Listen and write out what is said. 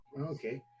Okay